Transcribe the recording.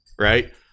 right